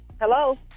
Hello